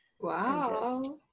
Wow